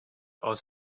are